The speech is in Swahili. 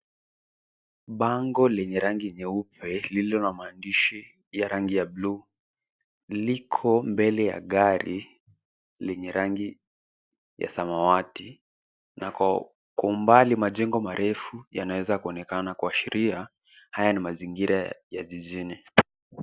Bango lenye rangi nyeupe lililo na maandishi ya rangi ya bluu. Liko mbele ya gari lenye rangi ya samawati na kwa umbali majengo marefu yanaweza kuonekana kuashiria haya ni mazingira ya jijini.